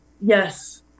Yes